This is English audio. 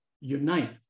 unite